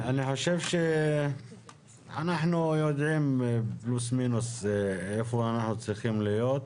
אני חושב שאנחנו יודעים פלוס מינוס איפה אנחנו צריכים להיות.